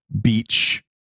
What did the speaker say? beach